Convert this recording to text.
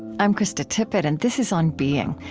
i'm krista tippett, and this is on being.